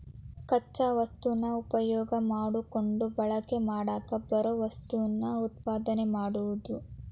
ಕಚ್ಚಾ ವಸ್ತುನ ಉಪಯೋಗಾ ಮಾಡಕೊಂಡ ಬಳಕೆ ಮಾಡಾಕ ಬರು ವಸ್ತುನ ಉತ್ಪಾದನೆ ಮಾಡುದು